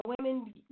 Women